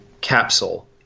capsule